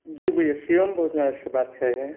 जी भैया शिवम भोजनालय से बात कर रहें हैं